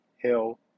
Hell